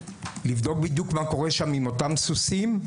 לבדוק בדיוק מה קורה שם עם אותם סוסים.